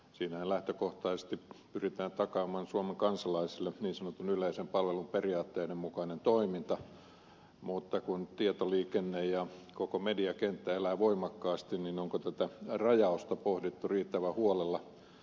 siinähän lähtökohtaisesti pyritään takaamaan suomen kansalaisille niin sanotun yleisen palveluperiaatteen mukainen toiminta mutta kun tietoliikenne ja koko mediakenttä elää voimakkaasti niin onko tätä rajausta pohdittu riittävän huolella